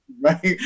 right